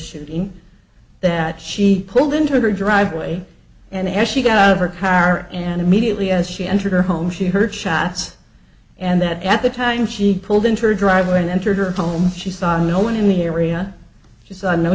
shooting that she pulled into her driveway and as she got out of her car and immediately as she entered her home she heard shots and that at the time she pulled into her driveway and entered her home she saw no one in the area s